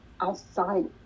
outside